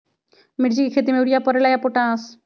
मिर्ची के खेती में यूरिया परेला या पोटाश?